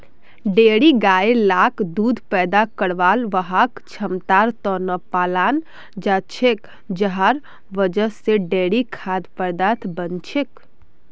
dairy गाय लाक दूध पैदा करवार वहार क्षमतार त न पालाल जा छेक जहार वजह से डेयरी खाद्य पदार्थ बन छेक